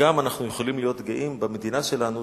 גם אנחנו יכולים להיות גאים במדינה שלנו,